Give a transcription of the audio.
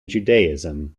judaism